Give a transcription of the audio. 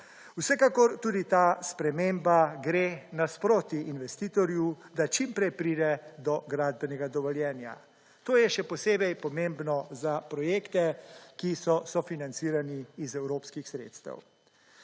Vsekakor tudi ta sprememba gre nasproti investitorju, da čim prej pride do gradbenega dovoljenja. To je še posebej pomembno za projekte, ki so sofinancirani iz evropskih sredstev.